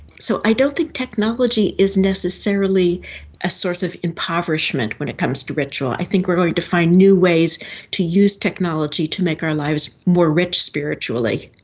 so i don't think technology is necessarily a source of impoverishment when it comes to ritual, i think we are going to find new ways to use technology to make our lives more rich spiritually.